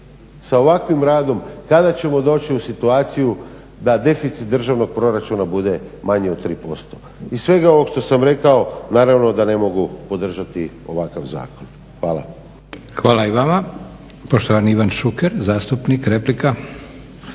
sa ovakvim radom kada ćemo doći u situaciju da deficit državnog proračuna bude manji od 3%. Iz svega ovog što sam rekao naravno da ne mogu podržati ovakav zakon. Hvala.